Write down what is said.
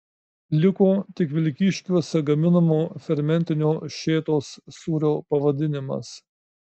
liko tik vilkyškiuose gaminamo fermentinio šėtos sūrio pavadinimas